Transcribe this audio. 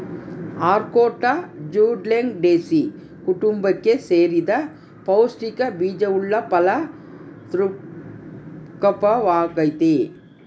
ಅಖ್ರೋಟ ಜ್ಯುಗ್ಲಂಡೇಸೀ ಕುಟುಂಬಕ್ಕೆ ಸೇರಿದ ಪೌಷ್ಟಿಕ ಬೀಜವುಳ್ಳ ಫಲ ವೃಕ್ಪವಾಗೈತಿ